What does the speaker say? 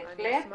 בהחלט.